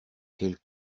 quels